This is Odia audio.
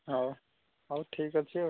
ହଉ ହଉ ଠିକ୍ ଅଛି ଆଉ